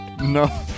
No